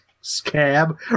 scab